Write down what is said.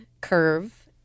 curve